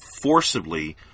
forcibly